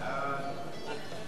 תן לי,